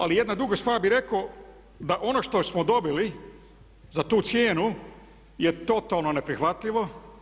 Ali jednu drugu stvar bih rekao da ono što smo dobili za tu cijenu je totalno neprihvatljivo.